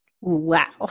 wow